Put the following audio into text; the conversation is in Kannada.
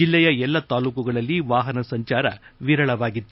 ಜಿಲ್ಲೆಯ ಎಲ್ಲಾ ತಾಲೂಕುಗಳಲ್ಲಿ ವಾಹನ ಸಂಚಾರ ವಿರಳವಾಗಿತ್ತು